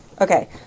Okay